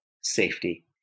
safety